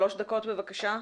שלוש דקות בבקשה.